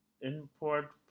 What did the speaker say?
import